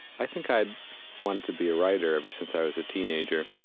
i think i wanted to be a writer ever since i was a teenager.